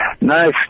nice